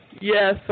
Yes